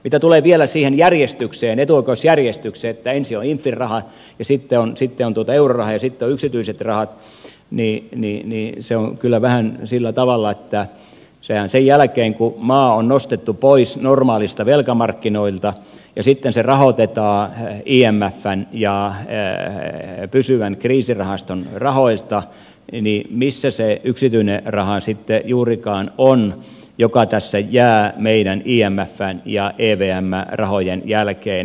mitä tulee vielä siihen etuoikeusjärjestykseen että ensin on imfn raha ja sitten on euroraha ja sitten ovat yksityiset rahat niin se on kyllä vähän sillä tavalla että sen jälkeen kun maa on nostettu pois normaaleilta velkamarkkinoilta ja sitten se rahoitetaan imfn ja pysyvän kriisirahaston rahoista niin missä se yksityinen raha sitten juurikaan on joka tässä jää meidän imf ja evm rahojen jälkeen